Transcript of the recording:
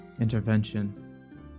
intervention